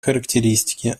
характеристики